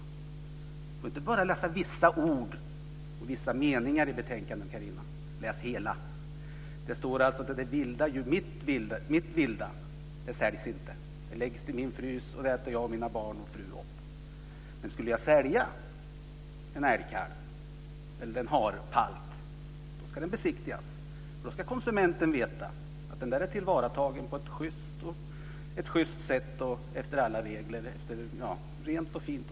Man får inte bara läsa vissa ord eller vissa meningar i betänkandet, Catharina, läs hela! Där framgår alltså att det vilt som är mitt inte säljs. Det läggs i min frys och det äter jag, min fru och mina barn upp. Men skulle jag sälja en älgkalv eller en harpalt ska den besiktigas. Då ska konsumenten veta att den är tillvaratagen på ett just sätt efter alla regler, rent, fint och snyggt.